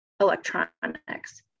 electronics